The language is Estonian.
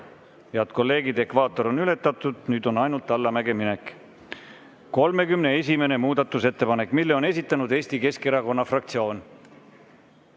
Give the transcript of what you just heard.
Head kolleegid, ekvaator on ületatud, nüüd on ainult allamäge minek. 31. muudatusettepanek. Selle on esitanud Eesti Keskerakonna fraktsioon.